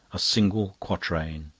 a single quatrain.